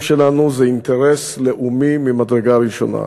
שלנו זה אינטרס לאומי ממדרגה ראשונה,